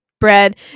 Bread